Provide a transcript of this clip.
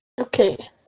Okay